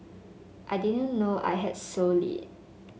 I didn't know I had sole lead